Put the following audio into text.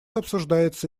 обсуждается